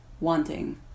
wanting